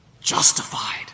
Justified